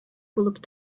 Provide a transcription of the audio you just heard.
булып